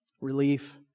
relief